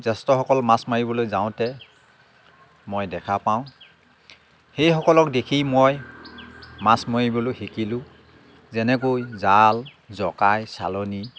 জ্য়েষ্ঠসকল মাছ মাৰিবলৈ যাওঁতে মই দেখা পাওঁ সেইসকলক দেখি মই মাছ মাৰিবলৈ শিকিলোঁ যেনেকৈ জাল জকাই চালনি